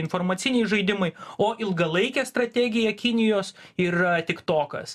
informaciniai žaidimai o ilgalaikė strategija kinijos yra tiktokas